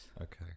Okay